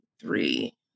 three